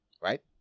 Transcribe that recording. Right